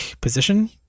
position